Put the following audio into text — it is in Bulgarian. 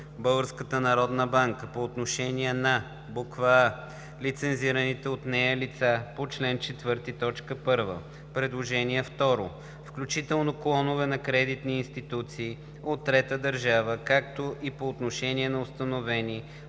Българската народна банка – по отношение на: а) лицензираните от нея лица по чл. 4, т. 1, предложение второ, включително клонове на кредитни институции от трета държава, както и по отношение на установени